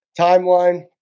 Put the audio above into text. timeline